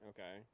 Okay